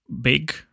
big